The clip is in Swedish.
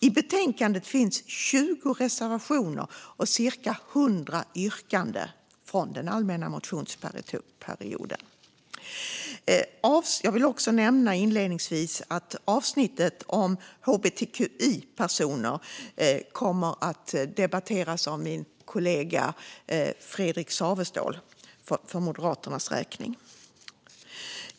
I betänkandet finns 20 reservationer och cirka 100 yrkanden från allmänna motionstiden. Låt mig också nämna inledningsvis att avsnittet om hbtqi-personer kommer att debatteras för Moderaternas räkning av min kollega Fredrik Saweståhl.